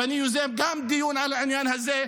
ואני יוזם גם דיון על העניין הזה,